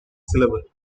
syllable